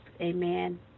Amen